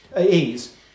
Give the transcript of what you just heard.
ease